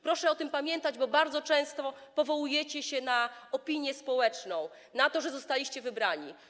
Proszę o tym pamiętać, bo bardzo często powołujecie się na opinię społeczną, na to, że zostaliście wybrani.